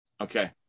Okay